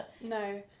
no